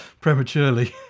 prematurely